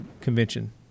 convention